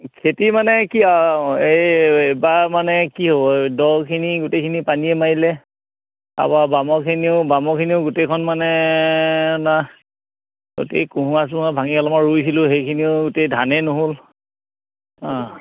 খেতি মানে কি আৰু এইবাৰ মানে কি হ'ব দখিনি গোটেইখিনি পানীয়ে মাৰিলে তাপা বামৰখিনিও বামৰখিনিও গোটেইখন মানে ন গোটেই কহোঁৱা চহোঁৱা ভাঙি অলপমান ৰুইছিলোঁ সেইখিনিও গোটেই ধানেই নহ'ল অ